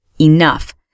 enough